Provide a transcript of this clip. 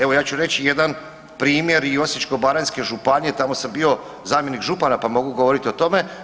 Evo ja ću reći jedan primjer i Osječko-baranjske županije, tamo sam bio zamjenik župana, pa mogu govoriti o tome.